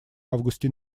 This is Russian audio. августе